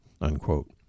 Unquote